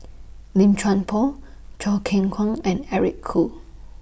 Lim Chuan Poh Choo Keng Kwang and Eric Khoo